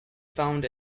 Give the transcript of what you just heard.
found